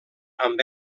amb